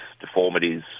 deformities